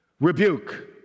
rebuke